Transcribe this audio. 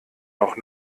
noch